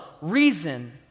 reason